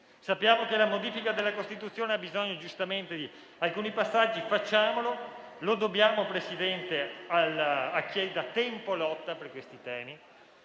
Sappiamo che la modifica della Costituzione ha bisogno giustamente di alcuni passaggi, dunque facciamoli. Lo dobbiamo, Presidente, a chi da tempo lotta per questi temi,